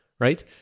Right